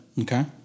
Okay